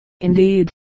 indeed